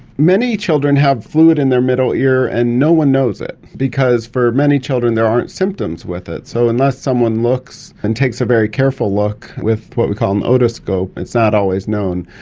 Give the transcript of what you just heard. many children have fluid in their middle ear and no one knows it, because for many children there aren't symptoms with it, so unless someone looks and takes a very careful look with what we call an otoscope, it's not always known.